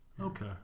Okay